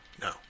no